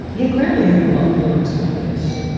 yeah clearly, you have a lot of feelings about this.